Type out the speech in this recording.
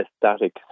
static